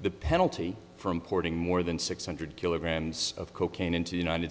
the penalty for importing more than six hundred kilograms of cocaine into the united